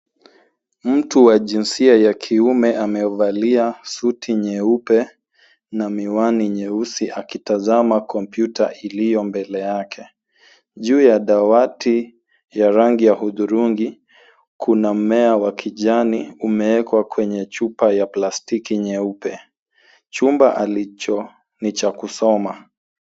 Mtu wa jinsia ya kiume amevalia suti nyeupe na miwani nyeusi akitazama kompyuta iliyo mbele yake. Juu ya dawati ya rangi ya hudhurungi, kuna mmea wa kijani umewekwa kwenye chupa ya plastiki nyeupe. Chumba alichopo ni cha kusoma.